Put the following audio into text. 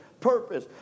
purpose